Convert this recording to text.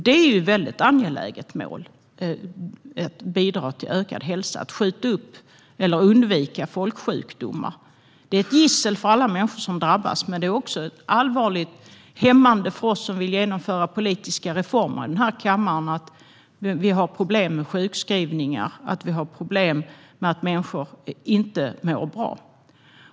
Det är ett angeläget mål att bidra till ökad hälsa och att skjuta upp eller undvika folksjukdomar. Det är ett gissel för alla människor som drabbas, men det är också ett allvarligt hämmande för oss som vill genomföra politiska reformer i den här kammaren att vi har problem med sjukskrivningar och att människor inte mår bra.